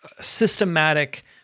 systematic